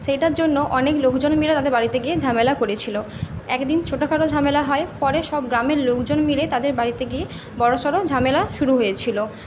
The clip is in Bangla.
সেইটার জন্য অনেক লোকজন মিলে তাদের বাড়িতে গিয়ে ঝামেলা করেছিলো একদিন ছোটোখাটো ঝামেলা হয় পরে সব গ্রামের লোকজন মিলে তাদের বাড়িতে গিয়ে বড়ো সড়ো ঝামেলা শুরু হয়েছিলো